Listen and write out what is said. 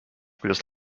kuidas